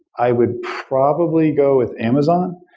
i would probably go with amazon,